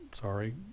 sorry